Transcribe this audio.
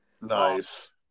Nice